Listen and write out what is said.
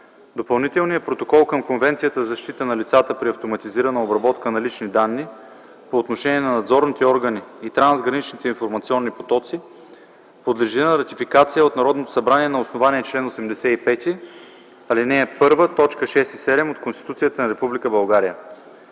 Допълнителният протокол към Конвенцията за защита на лицата при автоматизирана обработка на лични данни, по отношение на надзорните органи и трансграничните информационни потоци, подлежи на ратификация от Народното събрание на основание чл. 85, ал. 1, т. 6 и 7 от Конституцията на